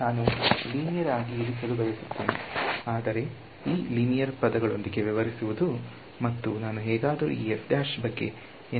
ನಾನು ಲೀನಿಯರ್ ಆಗಿ ಇರಿಸಲು ಬಯಸುತ್ತೇನೆ ಆದರೆ ಈಗ ಲೀನಿಯರ್ ಪದಗಳೊಂದಿಗೆ ವ್ಯವಹರಿಸುವುದು ಮತ್ತು ನಾನು ಹೇಗಾದರೂ ಈ ಬಗ್ಗೆ ಏನಾದರೂ ಮಾಡಬೇಕು